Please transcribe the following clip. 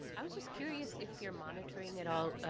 i was just curious if you're monitoring at all,